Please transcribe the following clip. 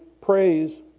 praise